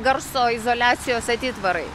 garso izoliacijos atitvarai